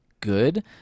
good